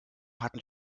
hatten